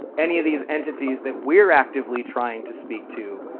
any of these entities that we're actively trying to speak to,